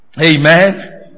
Amen